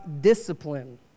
discipline